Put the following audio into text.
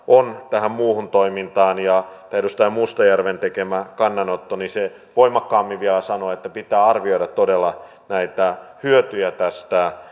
on suhteessa tähän muuhun toimintaan edustaja mustajärven tekemä kannanotto voimakkaammin vielä sanoo että pitää arvioida todella näitä hyötyjä tästä